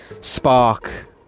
spark